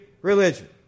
religion